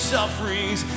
sufferings